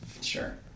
Sure